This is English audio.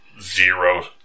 zero